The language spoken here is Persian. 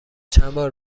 چندبار